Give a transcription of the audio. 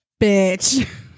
Bitch